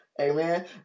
Amen